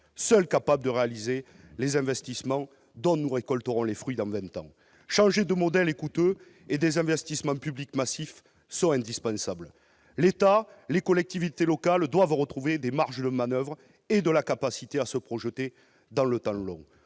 seul capable de réaliser les investissements dont nous récolterons les fruits dans vingt ans. Changer de modèle est coûteux et des investissements publics considérables sont indispensables. L'État, les collectivités locales doivent retrouver des marges de manoeuvre et de la capacité à se projeter dans le temps long.